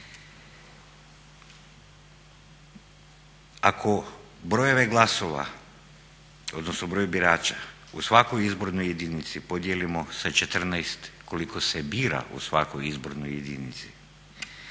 Ako brojeve glasova odnosno broj birača u svakoj izbornoj jedinici podijelimo sa 14 koliko se bira u svakoj izbornoj jedinici